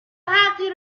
حقی